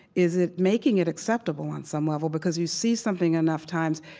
is it making it acceptable on some level? because you see something enough times,